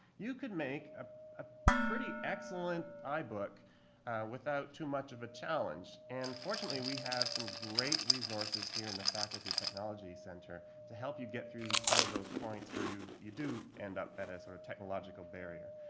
you could make ah a pretty excellent ibook without too much of a challenge. and fortunately we have some great resources here in the faculty technology center to help you get through some of those points where you you do end up at a sort of technological barrier.